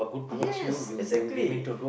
yes exactly